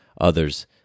others